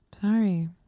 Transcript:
sorry